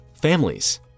families